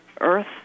earth